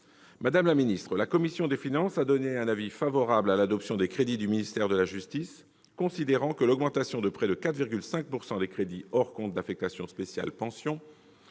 Madame la garde des sceaux, la commission des finances a émis un avis favorable sur l'adoption des crédits du ministère de la justice, considérant que l'augmentation de près de 4,5 % des crédits hors compte d'affectation spéciale « Pensions